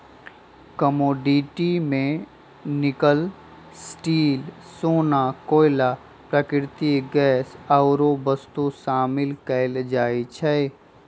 commodity में nickel, steel,, सोना, कोइला, प्राकृतिक गैस आउरो वस्तु शामिल कयल जाइ छइ